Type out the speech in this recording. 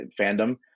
fandom